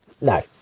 no